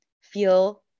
feel